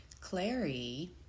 Clary